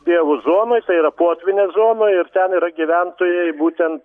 pievų zonoj tai yra potvynio zonoj ir ten yra gyventojai būtent